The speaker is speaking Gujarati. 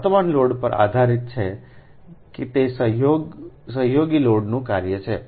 વર્તમાન લોડ પર આધારીત છે તે સહયોગી લોડનું કાર્ય છે